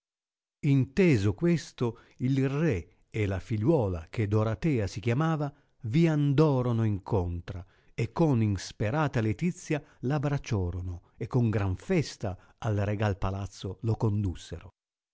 inteso questo il re e la figliuola che doratea si chiamava i andorono in contra e con insperata letizia la bracciolo e con gran festa al regal palazzo lo condussero